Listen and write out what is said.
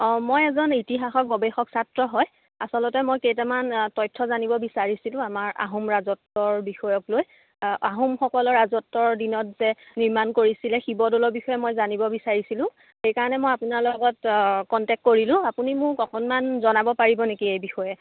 অ' মই এজন ইতিহাসৰ গৱেষক ছাত্ৰ হয় আছলতে মই কেইটামান তথ্য জানিব বিচাৰিছিলোঁ আমাৰ আহোম ৰাজত্বৰ বিষয়ক লৈ আহোমসকলৰ ৰাজত্বৰ দিনত যে নিৰ্মাণ কৰিছিলে শিৱ দ'লৰ বিষয়ে মই জানিব বিচাৰিছিলোঁ সেইকাৰণে মই আপোনাৰ লগত কণ্টেক্ট কৰিলোঁ আপুনি মোক অকণমান জনাব পাৰিব নেকি এই বিষয়ে